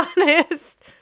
honest